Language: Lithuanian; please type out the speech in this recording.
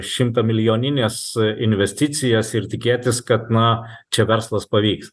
šimtamilijonines investicijas ir tikėtis kad na čia verslas pavyks